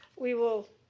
we will.